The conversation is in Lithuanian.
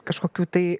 kažkokių tai